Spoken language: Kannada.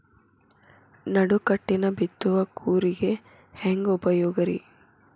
ನಡುಕಟ್ಟಿನ ಬಿತ್ತುವ ಕೂರಿಗೆ ಹೆಂಗ್ ಉಪಯೋಗ ರಿ?